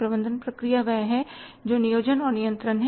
प्रबंधन प्रक्रिया वह है जो नियोजन और नियंत्रण है